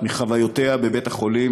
מחוויותיה בבית-החולים,